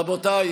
רבותיי,